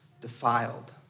defiled